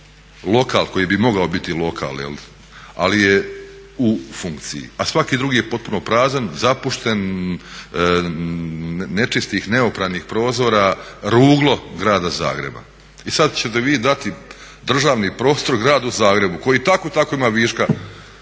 lokal koji bi mogao biti lokal, ali je u funkciji, a svaki drugi je potpuno prazan, zapušten, nečistih, neopranih prozora, ruglo grada Zagreba. I sad ćete vi dati državni prostor gradu Zagrebu koji i tako i tako ima viška